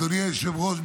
אדוני היושב-ראש,